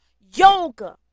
Yoga